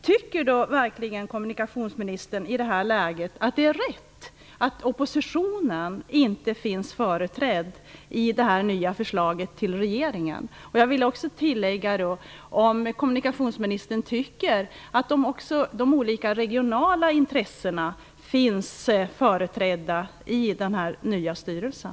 Tycker verkligen kommunikationsministern att det är rätt att oppositionen inte finns företrädd i det här förslaget till en ny styrelse? Tycker kommunikationsministern att de olika regionala intressena finns företrädda i den nya styrelsen?